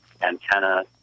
antenna